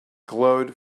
glowed